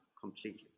completely